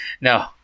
No